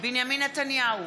בנימין נתניהו,